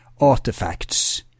artifacts